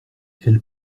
elle